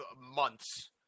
months